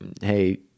Hey